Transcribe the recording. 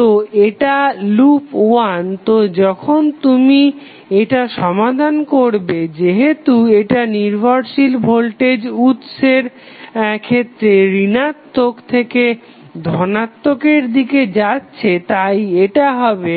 তো এটা লুপ 1 তো যখন তুমি এটা সমাধান করবে যেহেতু এটা নির্ভরশীল ভোল্টেজ উৎসের ক্ষেত্রে ঋণাত্মক থেকে ধনাত্মক এর দিকে যাচ্ছে তাই এটা হবে